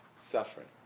suffering